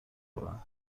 کنن